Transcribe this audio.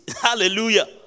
hallelujah